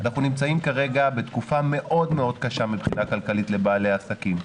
אנחנו נמצאים כרגע בתקופה מאוד מאוד קשה מבחינה כלכלית לבעלי העסקים.